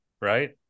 Right